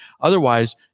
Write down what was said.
Otherwise